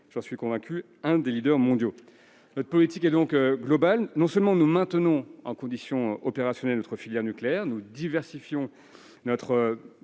j'en suis convaincu, l'un des leaders mondiaux. Notre politique est donc globale. Non seulement nous maintenons en condition opérationnelle notre filière nucléaire, mais nous diversifions aussi